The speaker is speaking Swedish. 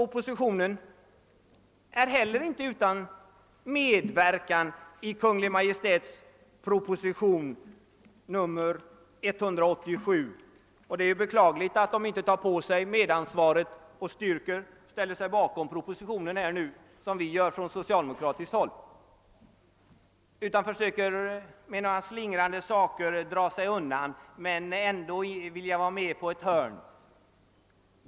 Oppositionen är alltså inte heller utan medverkan till Kungl. Maj:ts proposition nr 187, och det är beklagligt att man inte tar på sig medansvaret och ställer sig bakom propositionen som vi gör från socialdemokratiskt håll utan försöker slingra sig undan samtidigt som man vill vara med på ett hörn.